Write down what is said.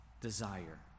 desire